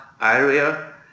area